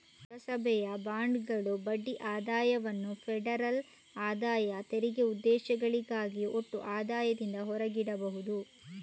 ಪುರಸಭೆಯ ಬಾಂಡುಗಳ ಬಡ್ಡಿ ಆದಾಯವನ್ನು ಫೆಡರಲ್ ಆದಾಯ ತೆರಿಗೆ ಉದ್ದೇಶಗಳಿಗಾಗಿ ಒಟ್ಟು ಆದಾಯದಿಂದ ಹೊರಗಿಡಬಹುದು